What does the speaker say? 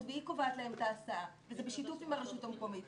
והיא קובעת להם את ההסעה וזה בשיתוף עם הרשות המקומית.